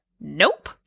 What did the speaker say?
nope